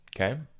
okay